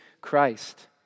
Christ